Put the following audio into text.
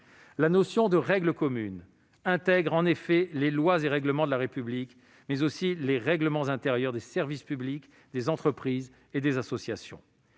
La notion de « règle commune » intègre, en effet, les lois et règlements de la République, mais aussi les règlements intérieurs des services publics, des entreprises et des associations.